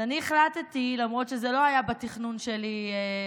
אז אני החלטתי, למרות שזה לא היה בתכנון שלי הערב,